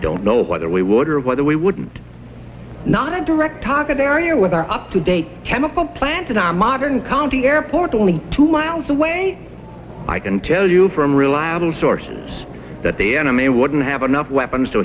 don't know whether we would or whether we would not a direct talk at their you with are up to date chemical plants in our modern county airport only two miles away i can tell you from reliable sources that the enemy wouldn't have enough weapons to